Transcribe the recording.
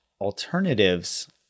alternatives